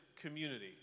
community